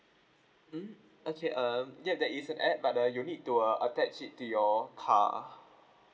mm okay um yup there is an app but uh you need to uh attach it to your car